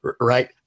right